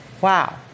Wow